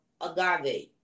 agave